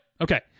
Okay